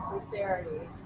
sincerity